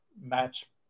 match